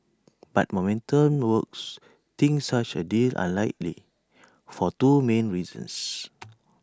but momentum works thinks such A deal unlikely for two main reasons